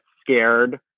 scared